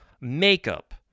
makeup